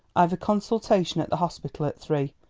i've a consultation at the hospital at three.